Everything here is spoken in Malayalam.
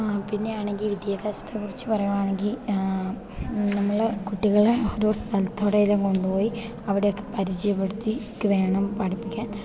പിന്നെയാണെങ്കി വിദ്യാഭ്യാസത്തെക്കുറിച്ച് പറയുവാണെങ്കി നമ്മള് കുട്ടികളെ ഒരോ സ്ഥലത്തൂടെല്ലാം കൊണ്ടുപോയി അവിടെയൊക്കെ പരിചയപ്പെട്ത്തീട്ട് വേണം പഠിപ്പിക്കാൻ